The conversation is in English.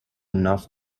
enough